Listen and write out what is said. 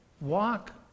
walk